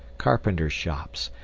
carpenters' shops,